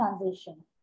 transition